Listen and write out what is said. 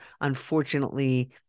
unfortunately